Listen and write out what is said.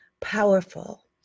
powerful